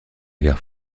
guerre